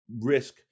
risk